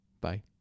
Bye